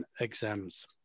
exams